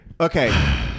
okay